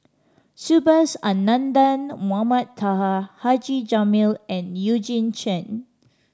Subhas Anandan Mohamed Taha Haji Jamil and Eugene Chen